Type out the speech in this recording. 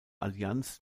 allianz